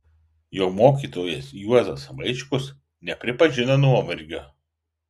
jo mokytojas juozas vaičkus nepripažino nuovargio